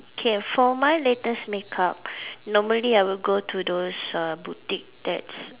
K for my latest makeup normally I would go to those uh boutique that's